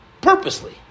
purposely